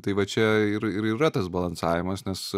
tai va čia ir yra tas balansavimas nes